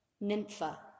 Nympha